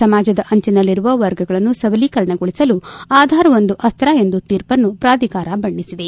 ಸಮಾಜದ ಅಂಚಿನಲ್ಲಿರುವ ವರ್ಗಗಳನ್ನು ಸಬಲೀಕರಣಗೊಳಿಸಲು ಆಧಾರ್ ಒಂದು ಅಸ್ತ ಎಂದು ತೀರ್ಪನ್ನು ಪ್ರಾಧಿಕಾರ ಬಣ್ಣಿಸಿದೆ